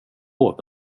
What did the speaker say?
råd